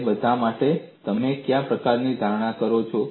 તે બધા માટે તમે કયા પ્રકારની ધારણા કરી છે